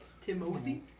Timothy